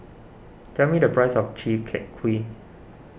tell me the price of Chi Kak Kuih